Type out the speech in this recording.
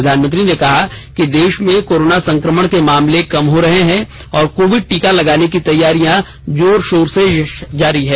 प्रधानमंत्री ने कहा कि देश में कोरोना संक्रमण के मामले कम हो रहे हैं और कोविड टीका लगाने की तैयारियां जोर शोर से जारी है